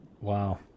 Wow